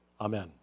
amen